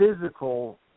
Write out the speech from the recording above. physical